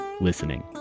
listening